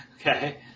Okay